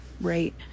right